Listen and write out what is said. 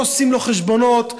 לא עושים לו חשבונות,